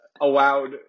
allowed